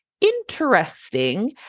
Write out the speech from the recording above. Interesting